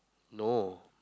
no